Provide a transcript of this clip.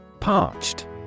Parched